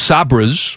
Sabras